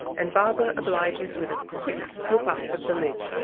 and barbara obliges with a quick flip up of the lid.